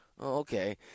Okay